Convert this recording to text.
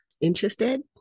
interested